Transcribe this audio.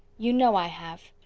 you know i have.